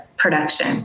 production